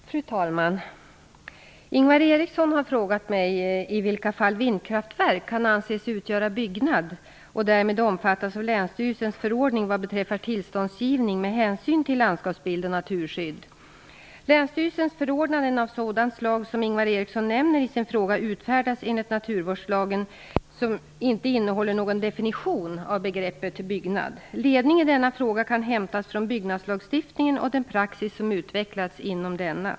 Fru talman! Ingvar Eriksson har frågat mig i vilka fall vindkraftverk kan anses utgöra byggnad och därmed omfattas av länsstyrelsens förordning vad beträffar tillståndsgivning med hänsyn till landskapsbild och naturskydd. Ingvar Eriksson nämner i sin fråga utfärdas enligt naturvårdslagen, som inte innehåller någon definition av begreppet byggnad. Ledning i denna fråga kan hämtas från byggnadslagstiftningen och den praxis som utvecklats inom denna.